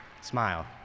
Smile